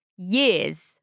years